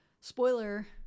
spoiler